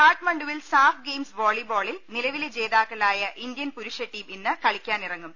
കാഠ്മണ്ഡുവിൽ SAF games വോളിബ്വോളിൽ നിലവിലെ ജേതാക്കളായ ഇന്ത്യൻ പുരുഷ ടീം ഇന്ന് കളിക്കാനിറങ്ങും